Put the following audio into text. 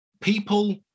People